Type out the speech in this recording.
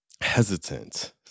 hesitant